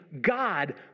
God